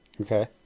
Okay